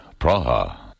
Praha